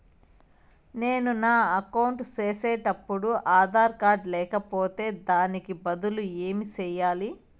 నేను నా అకౌంట్ సేసేటప్పుడు ఆధార్ కార్డు లేకపోతే దానికి బదులు ఏమి సెయ్యాలి?